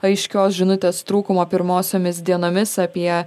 aiškios žinutės trūkumo pirmosiomis dienomis apie